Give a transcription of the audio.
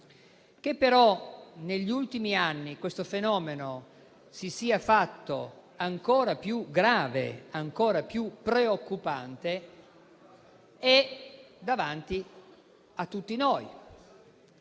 che però negli ultimi anni questo fenomeno si sia fatto ancora più grave e ancora più preoccupante è davanti a tutti noi.